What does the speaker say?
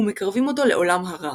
ומקרבים אותו לעולם הרע.